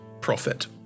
profit